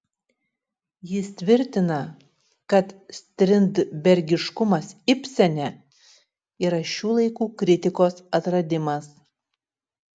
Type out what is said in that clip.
jis tvirtina kad strindbergiškumas ibsene yra šių laikų kritikos atradimas